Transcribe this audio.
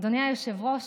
אדוני היושב-ראש,